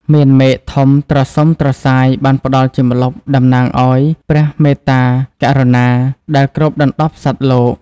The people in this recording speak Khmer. មានមែកធំត្រសុំត្រសាយបានផ្តល់ជាម្លប់ តំណាងឱ្យ ព្រះមេត្តាករុណា ដែលគ្របដណ្តប់សត្វលោក។